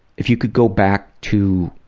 if you could go back to